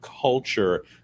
culture